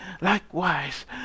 Likewise